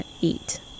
eat